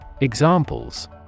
Examples